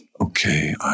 Okay